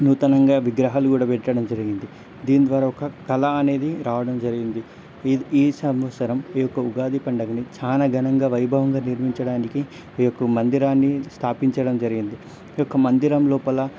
నూతనంగా విగ్రహాలు కూడా పెట్టడం జరిగింది దీని ద్వారా ఒక కళా అనేది రావడం జరిగింది ఈ ఈ సంవత్సరం ఈ యొక్క ఉగాది పండగని చానా ఘనంగా వైభవంగా నిర్మించడానికి ఈ యొక్క మందిరాన్ని స్థాపించడం జరిగింది ఈ యొక్క మందిరం లోపల